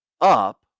up